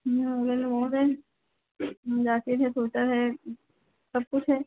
ईहा अगल बहुत है जाकेट है सूटर है सब कुछ है